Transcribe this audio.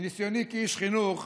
מניסיוני כאיש חינוך,